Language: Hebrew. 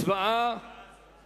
הצבעה